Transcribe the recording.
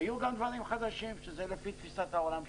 ויהיו גם דברים חדשים, שהם לפי תפיסת העולם שלי.